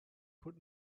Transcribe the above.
put